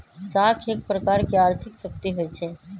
साख एक प्रकार के आर्थिक शक्ति होइ छइ